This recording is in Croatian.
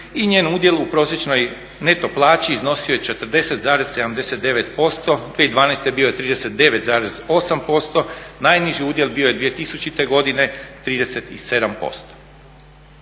i njen udjel u prosječnoj neto plaći iznosio je 40,79%. 2012. bio je 39,8%. Najniži udjel bio je 2000. godine 37%.